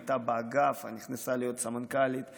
היא הייתה באגף ונכנסה להיות סמנכ"לית בצניעות,